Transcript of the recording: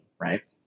right